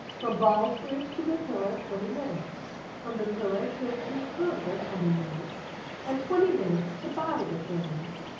from ballsbridge to the pillar, twenty minutes from the pillar to drumcondra, twenty minutes and twenty minutes to buy the things.